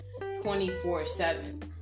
24-7